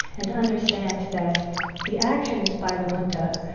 and understand that the actions by the junta,